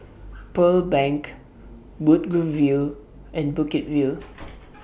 Pearl Bank Woodgrove View and Bukit View